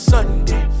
Sunday